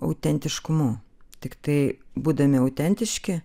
autentiškumu tiktai būdami autentiški